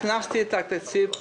הכסנתי את התקציב.